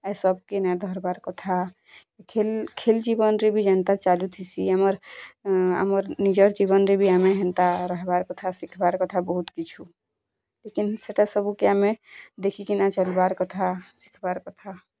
ଆଉ ସବକେ ନାଇଁ ଧରବାର୍ କଥା ଖେଲ୍ ଖେଲ୍ ଜୀବନରେ ବି ଯେନ୍ତା ଚାଲୁଥିସି ଆମର୍ ଆମର୍ ନିଜର୍ ଜୀବନରେ ବି ଆମେ ହେନ୍ତା ରହିବାର୍ କଥା ଶିଖବାର୍ କଥା ବହୁତ୍ କିଛୁ ଲେକିନ୍ ସେଟା ସବୁ କେ ଆମେ ଦେଖିକିନା ଚାଲବାର୍ କଥା ଶିଖିବାର୍ କଥା